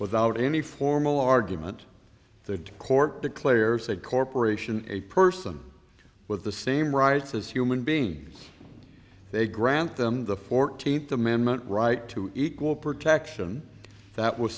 without any formal argument the court declares a corporation a person with the same rights as human beings they grant them the fourteenth amendment right to equal protection that was